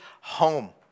home